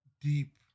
deep